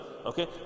Okay